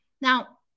Now